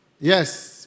Yes